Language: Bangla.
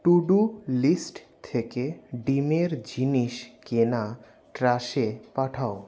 টু ডু লিস্ট থেকে ডিমের জিনিস কেনা ট্র্যাশে পাঠাও